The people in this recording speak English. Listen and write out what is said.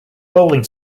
bowling